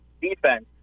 Defense